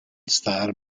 star